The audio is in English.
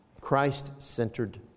Christ-centered